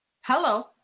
Hello